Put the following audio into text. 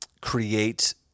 create